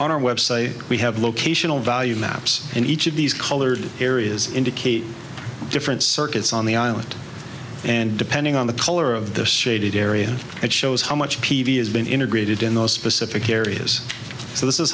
our website we have locational value maps in each of these colored areas indicate different circuits on the island and depending on the color of the shaded area it shows how much p v has been integrated in those specific areas so this is